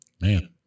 man